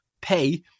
pay